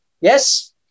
Yes